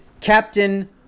Captain